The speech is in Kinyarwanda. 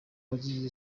wagiye